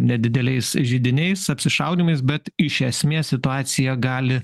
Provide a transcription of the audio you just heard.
nedideliais židiniais apsišaudymais bet iš esmės situacija gali